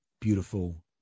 beautiful